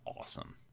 awesome